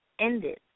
Ended